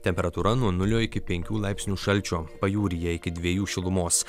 temperatūra nuo nulio iki penkių laipsnių šalčio pajūryje iki dviejų šilumos